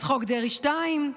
אז חוק דרעי 2,